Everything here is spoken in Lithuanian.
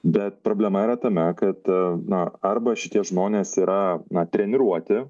bet problema yra tame kad na arba šitie žmonės yra na treniruoti